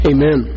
Amen